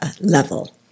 level